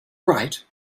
right